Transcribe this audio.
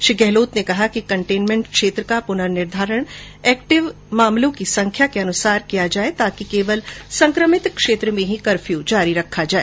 श्री गहलोत ने कहा कि कन्टेनमेंट क्षेत्र का पुनःनिर्धारण एक्टिव कैसेज की संख्या के अनुसार किया जाए ताकि केवल संक्रमित क्षेत्र में ही कर्फ्यू जारी रखा जाए